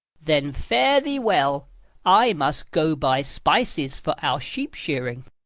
then fare thee well i must go buy spices for our sheep-shearing.